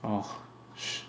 !whoa!